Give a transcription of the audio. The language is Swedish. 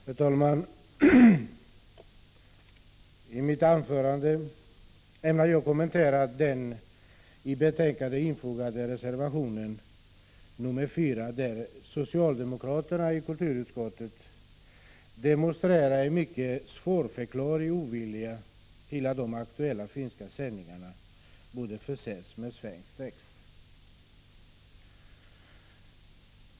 Herr talman! I detta anförande ämnar jag kommentera den vid kulturutskottets betänkande fogade reservationen nr 4, där socialdemokraterna i utskottet demonstrerar en mycket svårförklarlig ovilja när det gäller att förse de finländska sändningarna med svensk text.